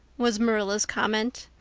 was marilla's comment.